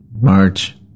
March